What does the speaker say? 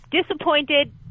disappointed